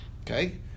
Okay